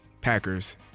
Packers